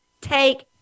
take